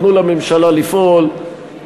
תנו לממשלה לפעול,